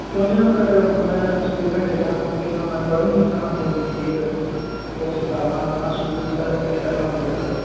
ਕਿਉਂਕਿ ਨਾ ਸਰ ਮੈਂ ਸਟੂਡੈਂਟ ਹੈਗਾ ਅਤੇ ਪਹਿਲਾਂ ਮੈਂ ਪੜ੍ਹਨ ਵੀ ਜਾਣਾ ਹੁੰਦਾ ਜੀ ਫਿਰ ਉਸ ਹਿਸਾਬ ਨਾਲ ਆਪਣਾ ਸ਼ੈਡਿਊਲ ਸਾਰਾ ਸੈੱਟ ਕਰਨਾ ਹੁੰਦਾ ਸਰ